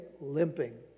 limping